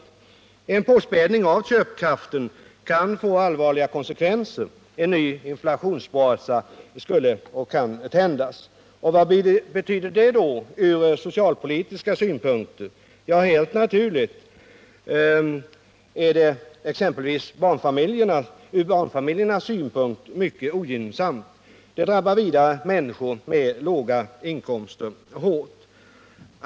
En påspädning av köpkraften kan få allvarliga konsekvenser. En ny inflationsbrasa skulle kunna tändas. Vad betyder då detta från socialpolitiska synpunkter? Helt naturligt vore det från barnfamiljernas synpunkt mycket ogynnsamt. Det drabbar vidare människor med låga inkomster hårt.